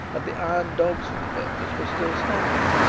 and the iron dogs for the purpose were still standing,